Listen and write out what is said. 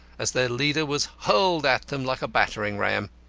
as their leader was hurled at them like a battering-ram.